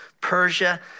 Persia